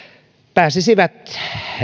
pääsisivät